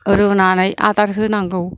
रुनानै आदार होनांगौ